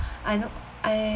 I know I